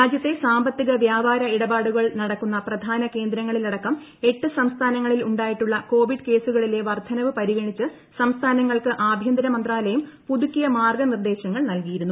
രാജ്യത്തെ സാമ്പത്തിക വ്യാപാര ഇടപാടുകൾ നടക്കുന്ന പ്രധാന കേന്ദ്രങ്ങളിൽ അടക്കം എട്ട് സംസ്ഥാനങ്ങളിൽ ഉണ്ടായിട്ടുള്ള കോവിഡ് കേസുകളിലെ വർദ്ധനവ് പരിഗണിച്ചു സംസ്ഥാനങ്ങൾക്ക് ആഭ്യന്തര മന്ത്രാലയം പുതുക്കിയ മാർഗ്ഗനിർദ്ദേശങ്ങൾ നൽകിയിരുന്നു